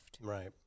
right